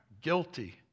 guilty